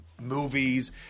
movies